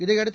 இதையடுத்து